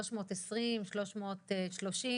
320,000-330,000,